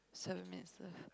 seven minutes left